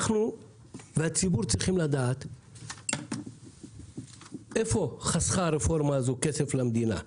אנחנו והציבור צריכים לדעת איפה חסכה הרפורמה הזאת כסף למדינה,